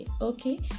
Okay